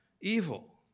evil